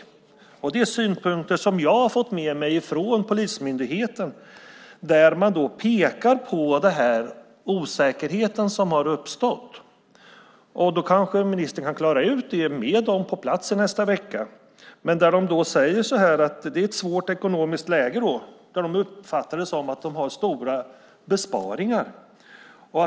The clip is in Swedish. Det är synpunkter jag har fått med mig från polismyndigheten. Man pekar på osäkerheten som har uppstått. Ministern kan kanske klara ut det med dem på plats nästa vecka. Det är ett svårt ekonomiskt läge där de uppfattar att de har stora besparingar.